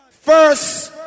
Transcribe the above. First